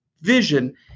vision